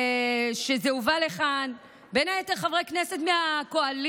שזה הובא לכאן, בין היתר חברי כנסת מהקואליציה,